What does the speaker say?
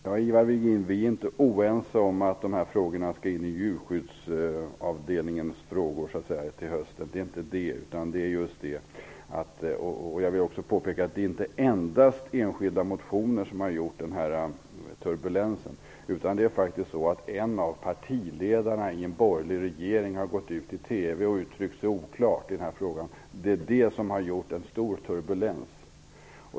Fru talman! Vi är inte oense, Ivar Virgin, om att frågorna skall behandlas tillsammans med andra djurskyddsfrågor till hösten. Jag vill också påpeka att det inte är endast enskilda motioner som har skapat denna turbulens. En av partiledarna i en borgerlig regering har uttryckt sig oklart i TV i denna fråga. Det är det som har skapat denna stora turbulens.